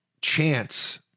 chance